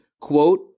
quote